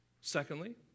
Secondly